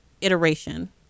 iteration